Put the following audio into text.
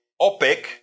OPEC